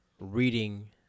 reading